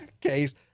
Case